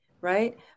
right